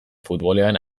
futbolean